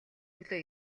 өглөө